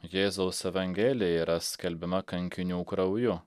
jėzaus evangelija yra skelbiama kankinių krauju